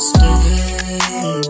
Stay